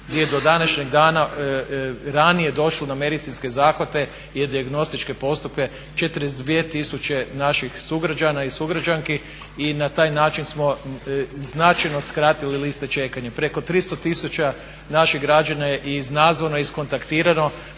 gdje je do današnjeg dana ranije došlo na medicinske zahvate i dijagnostičke postupke 42 tisuće naših sugrađana i sugrađanki i na taj način smo značajno skratili liste čekanja. Preko 300 tisuća naših građana je iznazvano, iskontaktirano